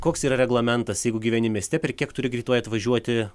koks yra reglamentas jeigu gyveni mieste per kiek turi greitoji atvažiuoti